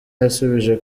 yasubije